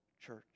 church